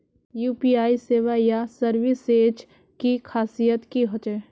UPI सेवाएँ या services की खासियत की होचे?